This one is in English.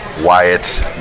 Wyatt